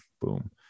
Boom